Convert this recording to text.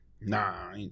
nah